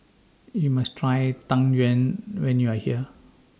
YOU must Try Tang Yuen when YOU Are here